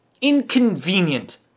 inconvenient